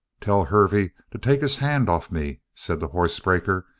tell hervey to take his hand off me, said the horse-breaker.